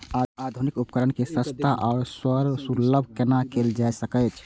आधुनिक उपकण के सस्ता आर सर्वसुलभ केना कैयल जाए सकेछ?